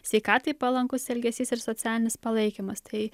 sveikatai palankus elgesys ir socialinis palaikymas tai